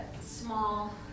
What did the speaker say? small